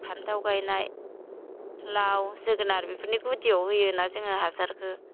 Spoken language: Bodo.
फान्थाव गायनाय लाउ जोगोनार बेफोरनि गुदियाव होयो ना जोङो हासारखौ